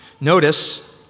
Notice